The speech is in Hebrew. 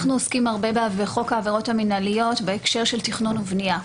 אנחנו עוסקים הרבה בחוק העבירות המינהליות בהקשר של תכנון ובנייה.